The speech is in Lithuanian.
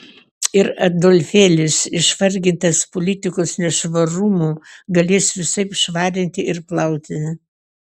ir adolfėlis išvargintas politikos nešvarumų galės visaip švarinti ir plauti